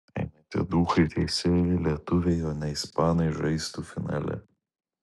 jei ne tie duchai teisėjai lietuviai o ne ispanai žaistų finale